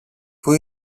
πού